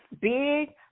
big